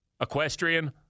equestrian